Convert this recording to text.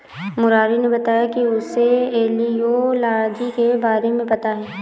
मुरारी ने बताया कि उसे एपियोलॉजी के बारे में पता है